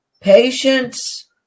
Patience